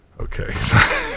Okay